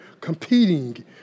competing